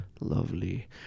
Lovely